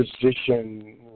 position